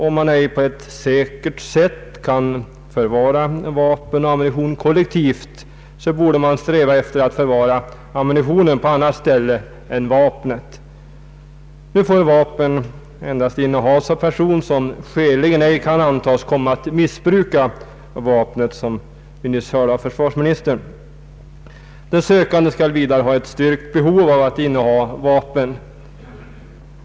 Om man ej på ett säkert sätt kan förvara vapnen och ammunitionen kollektivt, borde man sträva efter att förvara ammunitionen på annat ställe än vapnet. Nu får vapen endast innehas av person som skäligen ej kan antas komma att missbruka vapnet. Det hörde vi nyss av försvarsministern. Den sökande skall vidare ha ett styrkt behov av att inneha vapen.